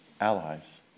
allies